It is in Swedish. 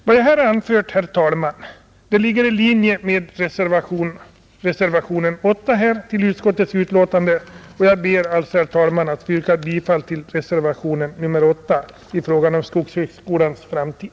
Vad jag här anfört, herr talman, ligger i linje med reservationen 8 till utskottets betänkande, och jag ber därför, herr talman, att få yrka bifall till reservationen 8 i fråga om skogshögskolans framtid.